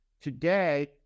Today